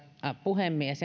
puhemies